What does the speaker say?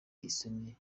isoni